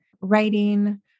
writing